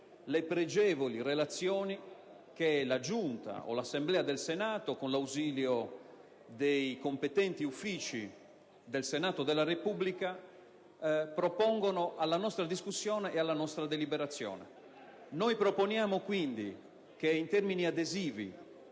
le pregevoli relazioni che la Giunta o l'Assemblea del Senato, con l'ausilio dei competenti uffici del Senato della Repubblica, propongono alla nostra discussione e alla nostra deliberazione. Noi proponiamo, quindi, che in termini adesivi